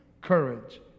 courage